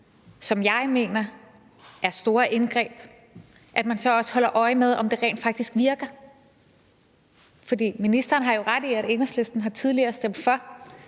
som jeg mener indeholder store indgreb, er, at man så også holder øje med, om det rent faktisk virker. Ministeren har jo ret i, at Enhedslisten tidligere har stemt for